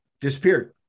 disappeared